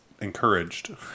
encouraged